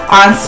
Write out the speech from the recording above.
on